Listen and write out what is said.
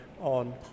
on